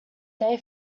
day